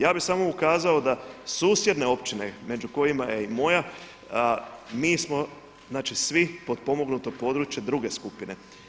Ja bih samo ukazao da susjedne općine, među kojima je i moja, mi smo svi znači svi potpomognuto područje druge skupine.